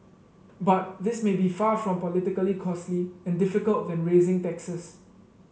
but this may be far from politically costly and difficult than raising taxes